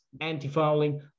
anti-fouling